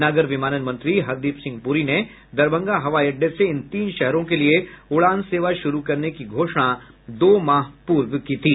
नागर विमानन मंत्री हरदीप सिंह पूरी ने दरभंगा हवाई अड्डे से इन तीन शहरों के लिये उड़ान सेवा शुरू करने की घोषणा दो माह पूर्व की थी